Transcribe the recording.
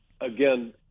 again